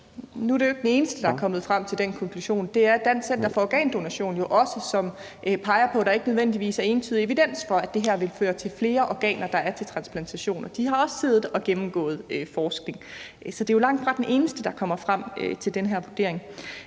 Nu er det jo ikke den eneste stemme, der er kommet frem til den konklusion. Det er Dansk Center for Organdonation jo også, hvor de peger på, at der ikke nødvendigvis er entydig evidens for, at det her vil føre til flere organer, der er til transplantation, og de har også siddet og gennemgået forskning. Så det er jo langtfra den eneste stemme, der kommer frem til den her vurdering.